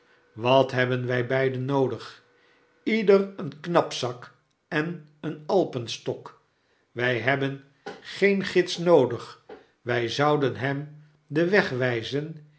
wat hebben wg beiden noodig ieder een knapzak en een alpenstok wg hebben geen gids noodig wg zouden hem den